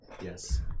Yes